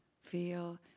Feel